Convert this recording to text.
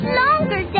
longer